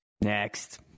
Next